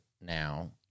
now